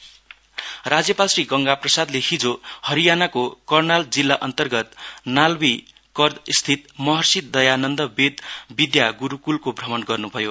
governor राज्यपाल श्री गंगा प्रसादले हिजो हरियानाको कर्नाल जिल्ला अन्तर्गत नालवी कुर्दस्थित महर्षि दयानन्द वेदा विधा गुरुकुलको भ्रमण गर्न्भयो